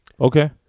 okay